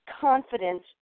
confidence